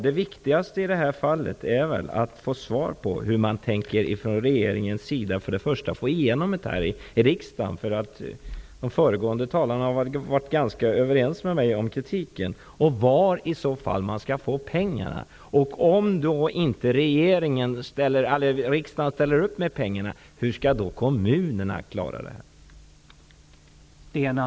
Det viktigaste i det här fallet är att få svar på hur regeringen tänker få igenom detta i riksdagen. De föregående talarna har varit ganska överens med mig om kritiken. Var skall man i så fall få pengarna? Om inte riksdagen ställer upp med pengarna, hur skall då kommunerna klara detta?